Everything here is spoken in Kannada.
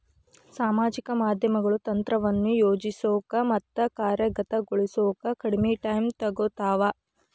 ಸಾಮಾಜಿಕ ಮಾಧ್ಯಮಗಳು ತಂತ್ರವನ್ನ ಯೋಜಿಸೋಕ ಮತ್ತ ಕಾರ್ಯಗತಗೊಳಿಸೋಕ ಕಡ್ಮಿ ಟೈಮ್ ತೊಗೊತಾವ